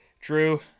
true